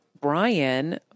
Brian